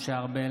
משה ארבל,